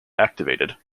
activated